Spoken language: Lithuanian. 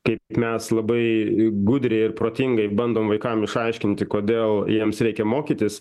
kaip mes labai gudriai ir protingai bandom vaikam išaiškinti kodėl jiems reikia mokytis